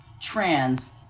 Trans